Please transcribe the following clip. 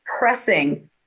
pressing